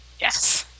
Yes